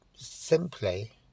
simply